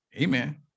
Amen